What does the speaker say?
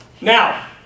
Now